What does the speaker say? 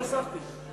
תראה כמה דקות חסכתי.